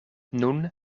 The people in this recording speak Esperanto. nun